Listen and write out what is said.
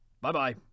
Bye-bye